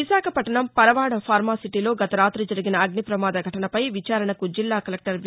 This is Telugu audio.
విశాఖపట్లణం పరవాడ ఫార్మాసిటీలో గతరాతి జరిగిన అగ్ని ప్రమాద ఘటనపై విచారణకు జిల్లా కలెక్టర్ వి